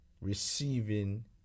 receiving